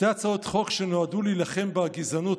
שנועדו להילחם בגזענות,